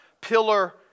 pillar